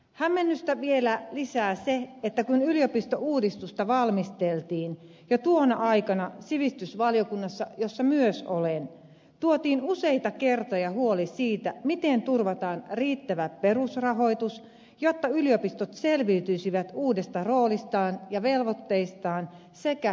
hämmennystä vielä lisää se että kun yliopistouudistusta valmisteltiin jo tuona aikana sivistysvaliokunnassa jossa myös olen tuotiin useita kertoja esille huoli siitä miten turvataan riittävä perusrahoitus jotta yliopistot selviytyisivät uudesta roolistaan ja velvoitteistaan sekä tehtävistään